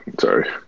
sorry